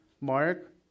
mark